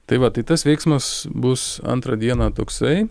tai va tai tas veiksmas bus antrą dieną toksai